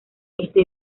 este